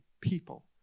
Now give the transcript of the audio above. people